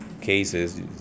Cases